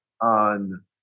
on